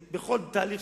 מאיר,